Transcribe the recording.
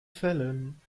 fällen